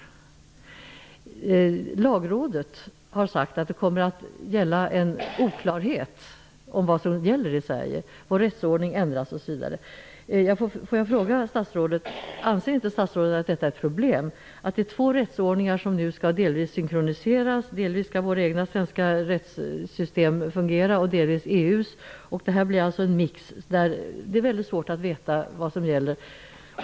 Lagrådet har sagt att det kommer att råda oklarhet om vad som gäller i Sverige; vår rättsordning ändras osv. Får jag fråga statsrådet: Anser inte statsrådet att det är ett problem att två rättsordningar nu delvis skall synkroniseras? Till viss del skall våra svenska rättssystem fungera, till viss del EU:s. Det blir en mix där det är mycket svårt att veta vad som gäller.